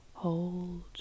Hold